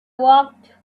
walked